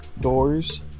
Doors